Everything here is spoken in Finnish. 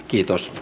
kiitos